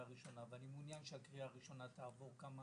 יעבור כמה